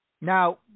Now